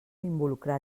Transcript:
involucrar